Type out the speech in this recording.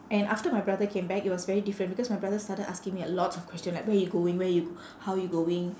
and after my brother came back it was very different because my brother started asking me lots of question like where you going where you how you going